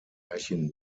märchen